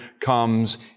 comes